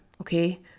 Okay